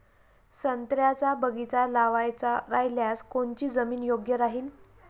संत्र्याचा बगीचा लावायचा रायल्यास कोनची जमीन योग्य राहीन?